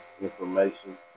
information